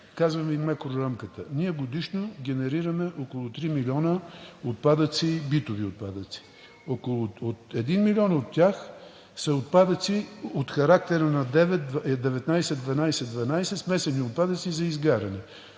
Казвам макрорамката – ние годишно генерираме около 3 милиона битови отпадъци, 1 милион от тях са отпадъци от характера на 19 12 12 – смесени отпадъци за изгаряне.